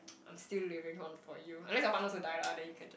I'm still living on for you unless your partner also die lah then you can just